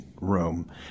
room